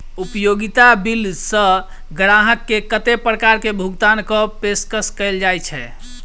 उपयोगिता बिल सऽ ग्राहक केँ कत्ते प्रकार केँ भुगतान कऽ पेशकश कैल जाय छै?